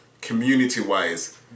community-wise